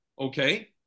okay